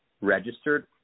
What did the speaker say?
registered